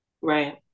Right